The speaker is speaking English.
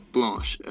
Blanche